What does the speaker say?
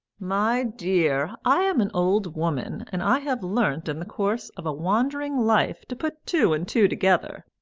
my dear, i am an old woman, and i have learnt in the course of a wandering life to put two and two together,